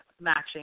matching